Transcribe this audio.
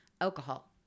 alcohol